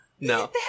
no